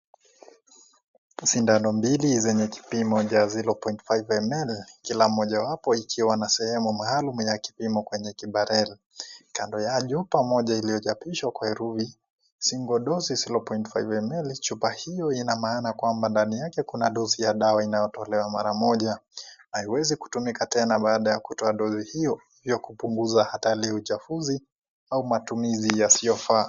Sindano mbili zenye kipimo cha 0.5 ml, kila moja wapo ikiwa na sehemu maalum ya kipimo kwenye kibarele. Kando ya chupa moja iliyojapishwa kwa herufi (CS) single dose(CS) 0.5 ml, chupa hiyo ina maana kwamba ndani yake kuna (CS)dose (CS)ya dawa inayotolewa maramoja. Haiwezi kutumika tena baada ya kutoa (CS)dose(CS) hiyo ya kupumguza hata ile uchafuzi au matumizi yasiofaa.